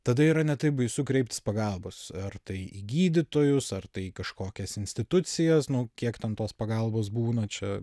tada yra ne taip baisu kreiptis pagalbos ar tai į gydytojus ar tai kažkokias institucijas nu kiek ten tos pagalbos būna čia